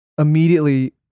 immediately